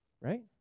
right